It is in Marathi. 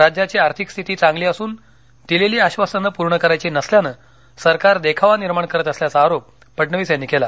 राज्याची आर्थिक स्थिती चांगली असून दिलेली आश्वासनं पूर्ण करायची नसल्यानं सरकार देखावा निर्माण करत असल्याचा आरोप फडणवीस यांनी केला